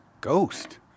Ghost